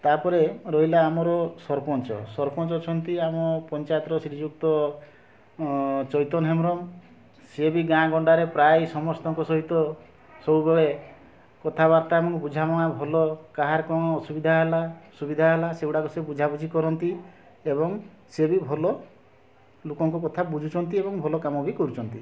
ତାପରେ ରହିଲା ଆମର ସରପଞ୍ଚ ସରପଞ୍ଚ ଅଛନ୍ତି ଆମ ପଞ୍ଚାୟତର ଶ୍ରୀଯୁକ୍ତ ଚୈତନ୍ୟ ହେମରମ୍ ସେ ବି ଗାଁ ଗଣ୍ଡାରେ ପ୍ରାୟ ସମସ୍ତଙ୍କ ସହିତ ସବୁବେଳେ କଥାବାର୍ତ୍ତା ଏବଂ ବୁଝାମଣା ଭଲ କାହାର କ'ଣ ଅସୁବିଧା ହେଲା ସୁବିଧା ହେଲା ସେଗୁଡ଼ାକ ସେ ବୁଝାବୁଝି କରନ୍ତି ଏବଂ ସେ ବି ଭଲ ଲୋକଙ୍କ କଥା ବୁଝୁଛନ୍ତି ଏବଂ ଭଲ କାମ ବି କରୁଛନ୍ତି